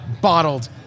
bottled